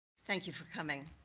thank you for coming.